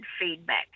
feedback